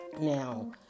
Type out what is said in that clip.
Now